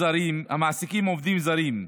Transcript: המעסיקים עובדים זרים,